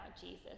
Jesus